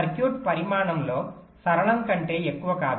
circuit పరిమాణంలో సరళం కంటే ఎక్కువ కాదు